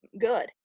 good